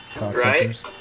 Right